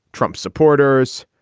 trump supporters.